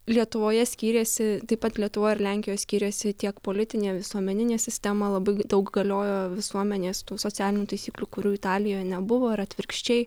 lietuvoje skyrėsi taip pat lietuvoje ir lenkijoje skiriasi tiek politinė visuomeninė sistema labai daug galiojo visuomenės tų socialinių taisyklių kurių italijoje nebuvo ar atvirkščiai